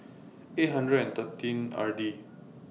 eight hundred and thirteen R D